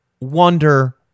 wonder